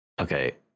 okay